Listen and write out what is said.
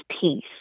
peace